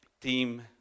team